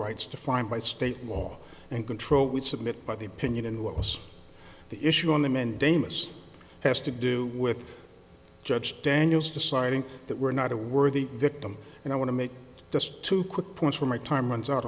rights defined by state law and control would submit by the opinion and what was the issue on the mandamus has to do with judge daniels deciding that we're not a worthy victim and i want to make just two quick points from my time runs out